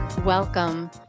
Welcome